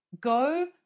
go